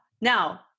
Now